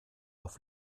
auf